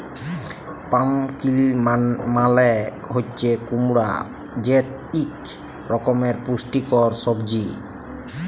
pumpkin মালে হছে কুমড়া যেট ইক রকমের পুষ্টিকর সবজি